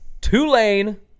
Tulane